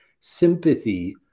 Sympathy